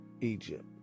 Egypt